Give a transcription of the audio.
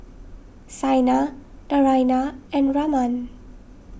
Saina Naraina and Raman